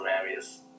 areas